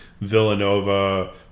Villanova